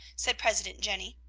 said president jenny.